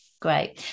great